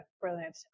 brilliant